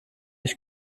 ich